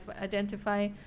identify